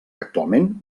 actualment